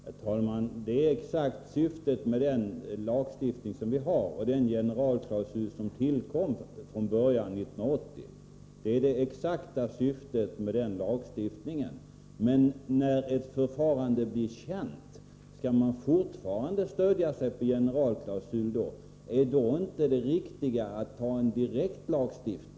Herr talman! Detta är det exakta syftet med den lagstiftning som vi har och den generalklausul som tillkom från början 1980. Men när ett förfarande blir känt, skall man då fortfarande stödja sig på en generalklausul? Är det då inte riktigare att ha en direkt lagstiftning?